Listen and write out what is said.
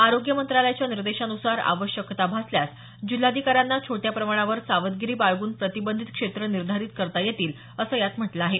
आरोग्य मंत्रालयाच्या निर्देशानुसार आवश्यकता भासल्यास जिल्हाधिकाऱ्यांना छोट्या प्रमाणावर सावधगिरी बाळगून प्रतिबंधित क्षेत्र निर्धारित करता येतील असं यात म्हटलं आहे